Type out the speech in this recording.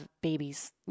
babies